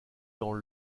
dans